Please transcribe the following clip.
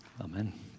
Amen